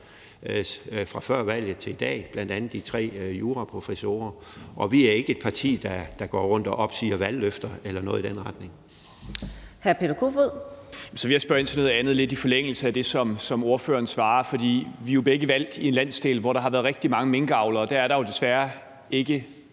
fra før valget til i dag, bl.a. de tre juraprofessorer. Og vi er ikke et parti, der går rundt og opsiger valgløfter eller noget i den retning.